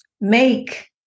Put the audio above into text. make